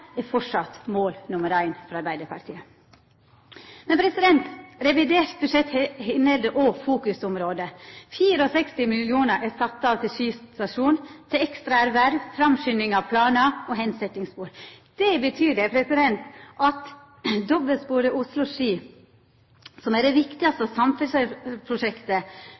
er framleis mål nr. éin for Arbeidarpartiet. Revidert budsjett inneheld òg fokusområde. 64 mill. kr er sette av til Ski stasjon, til ekstra erverv, framskunding av planar og hensetjingsspor. Det betyr at dobbeltsporet Oslo–Ski, som er det viktigaste samferdselsprosjektet